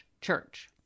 church